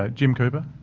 ah jim cooper?